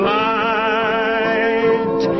light